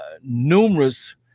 numerous